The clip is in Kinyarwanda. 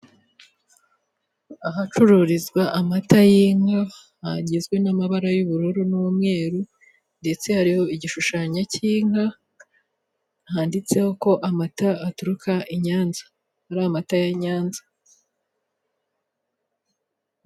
Ahacururizwa amata y'inka hagizwe n'amabara y'ubururu n'umweru ndetse hariho igishushanyo cy'inka handitseho ko amata aturuka i Nyanza, ari amata ya Nyanza.